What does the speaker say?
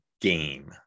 game